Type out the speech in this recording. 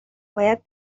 باید